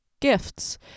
gifts